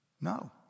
No